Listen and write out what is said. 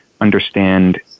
understand